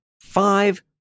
five